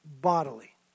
bodily